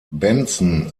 benson